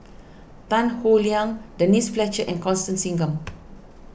Tan Howe Liang Denise Fletcher and Constance Singam